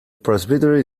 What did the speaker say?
presbytery